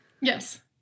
Yes